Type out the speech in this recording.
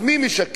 אז מי משקר?